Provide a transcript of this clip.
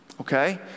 Okay